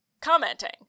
commenting